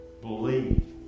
believe